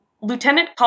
Lieutenant